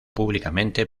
públicamente